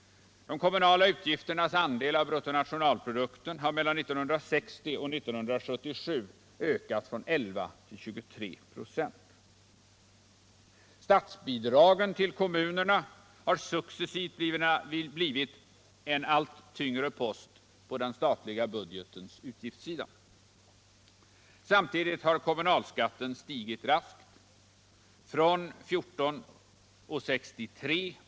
De kommunala utgifternas andel av bruttonationalprodukten har mellan 1960 och 1977 ökat från 11 till 23 26. Statsbidragen till kommunerna har blivit en successivt allt tyngre post på den statliga budgetens utgiftssida. Samtidigt har kommunalskatten stigit raskt, från 14:63 kr.